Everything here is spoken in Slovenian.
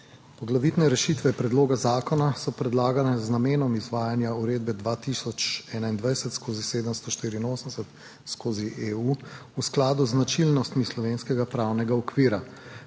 Poglavitne rešitve predloga zakona so predlagane z namenom izvajanja uredbe EU 2021/784 v skladu z značilnostmi slovenskega pravnega okvira.